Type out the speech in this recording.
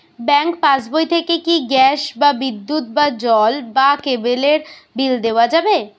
Bank পাশবই থেকে কি গ্যাস বা বিদ্যুৎ বা জল বা কেবেলর বিল দেওয়া যাবে?